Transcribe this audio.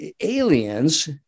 aliens